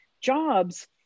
jobs